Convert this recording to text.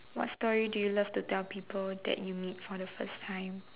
what story do you love to tell people that you meet for the first time